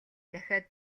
дахиад